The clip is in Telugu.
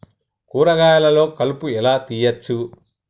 కూరగాయలలో కలుపు ఎలా తీయచ్చు?